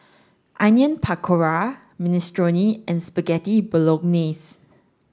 Onion Pakora Minestrone and Spaghetti Bolognese